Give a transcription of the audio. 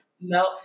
no